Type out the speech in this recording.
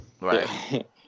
Right